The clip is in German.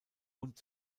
und